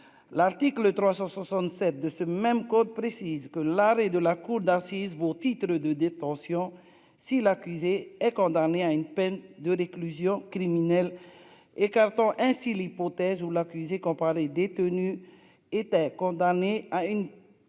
l'article 367 de ce même code précise que l'arrêt de la cour d'assises pour titre de détention si l'accusé est condamné à une peine de réclusion criminelle, écartant ainsi l'hypothèse où l'accusé qu'on par les détenus était condamné à une